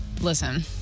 listen